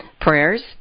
Prayers